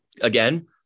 Again